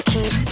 Keep